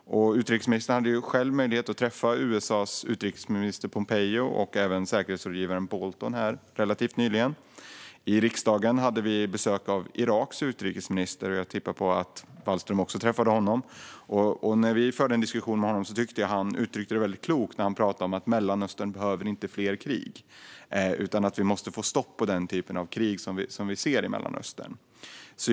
Utrikesministern hade själv möjlighet att relativt nyligen träffa USA:s utrikesminister Pompeo och även säkerhetsrådgivaren Bolton. I riksdagen hade vi besök av Iraks utrikesminister, och jag tippar att Wallström också träffade honom. När vi förde en diskussion med honom tyckte jag att han uttryckte det väldigt klokt: Mellanöstern behöver inte fler krig. Vi måste få stopp på den typ av krig som vi ser i Mellanöstern.